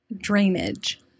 Drainage